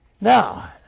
Now